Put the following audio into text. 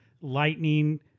lightning